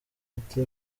ati